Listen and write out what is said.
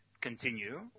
continue